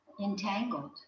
entangled